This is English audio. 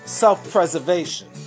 Self-preservation